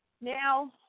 Now